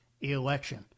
election